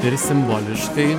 ir simboliškai